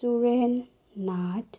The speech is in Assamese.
চুৰেণ নাথ